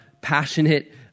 passionate